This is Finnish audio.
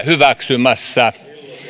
hyväksymässä